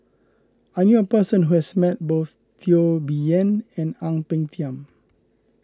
I knew a person who has met both Teo Bee Yen and Ang Peng Tiam